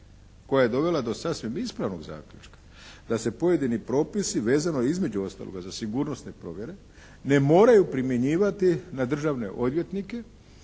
koja je dovela do sasvim ispravnog zaključka, da se pojedini propisi vezano između ostaloga za sigurnosne provjere ne moraju primjenjivati na državne odvjetnike